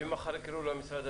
לגבי המנהל,